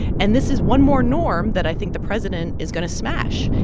and this is one more norm that i think the president is going to smash.